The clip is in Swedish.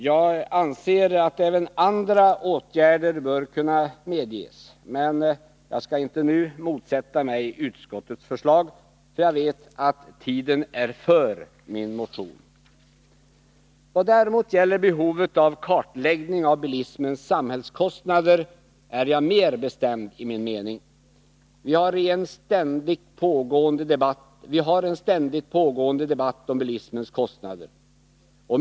Jag anser att även andra åtgärder bör kunna medges, men jag skall inte nu motsätta mig utskottets förslag, för jag vet att tiden arbetar för min motion. I vad däremot gäller behovet av kartläggning av bilismens samhällskostnader är jag mer bestämd i min mening. Vi har en ständigt pågående debatt om bilismens kostnader.